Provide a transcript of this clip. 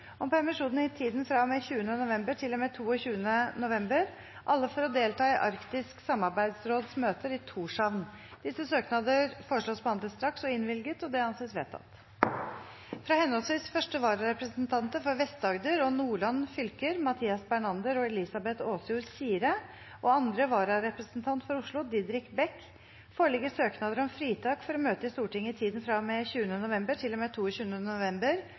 om permisjon i tiden fra og med 20. november til og med 22. november, alle for å delta i Arktisk samarbeidsråds møter i Tórshavn Disse søknader foreslås behandlet straks og innvilget. – Det anses vedtatt. Fra henholdsvis første vararepresentanter for Vest-Agder og Nordland fylker, Mathias Bernander og Elizabeth Åsjord Sire , og andre vararepresentant for Oslo, Didrik Beck , foreligger søknader om fritak for å møte i Stortinget i tiden fra og med 20. november